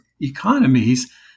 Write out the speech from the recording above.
economies